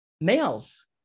males